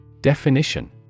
Definition